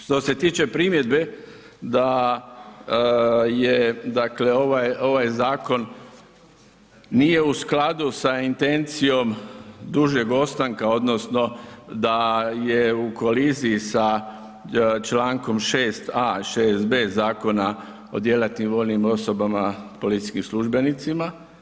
Što se tiče primjedbe da je, dakle ovaj, ovaj zakon nije u skladu sa intencijom dužeg ostanka odnosno da je u koliziji sa čl. 6.a. i 6.b. Zakona o djelatnim vojnim osobama i policijskim službenicima.